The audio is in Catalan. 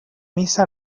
missa